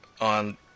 on